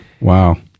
wow